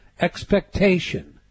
Expectation